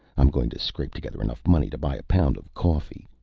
i'm going to scrape together enough money to buy a pound of coffee.